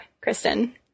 Kristen